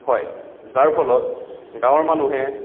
হয় যাৰ ফলত গাঁৱৰ মানুহে